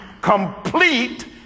complete